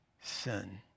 sin